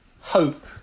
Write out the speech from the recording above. hope